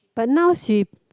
but now she